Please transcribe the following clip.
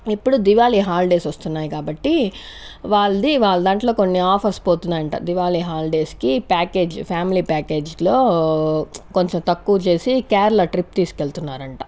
ఇప్పుడు దీవాళి హాలిడేస్ వస్తున్నాయి కాబట్టి వాలది వాళ్ళ దాంట్లో కొన్ని ఆఫర్స్ పోతుందంట దీవాళి హాలిడేస్కి ప్యాకేజ్ ఫ్యామిలీ ప్యాకేజ్లో కొంచెం తక్కువ చేసి కేరళ ట్రిప్ తీసుకెళ్తున్నారంట